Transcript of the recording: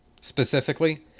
Specifically